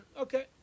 okay